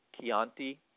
Chianti